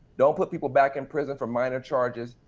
don't put people back in prison for minor charges.